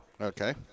Okay